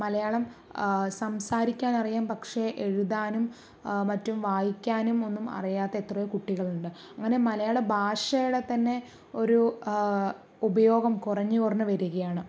മലയാളം സംസാരിക്കാൻ അറിയാം പക്ഷെ എഴുതാനും മറ്റും വായിക്കാനും ഒന്നും അറിയാത്ത എത്രയോ കുട്ടികളുണ്ട് അങ്ങനെ മലയാള ഭാഷയുടെ തന്നെ ഒരു ഉപയോഗം കുറഞ്ഞ് കുറഞ്ഞ് വരുകയാണ്